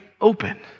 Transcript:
open